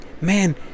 man